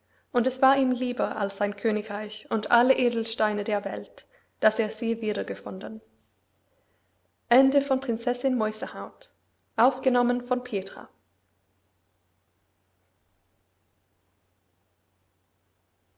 und es war ihm lieber als sein königreich und alle edelsteine der welt daß er sie wiedergefunden